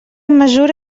mesura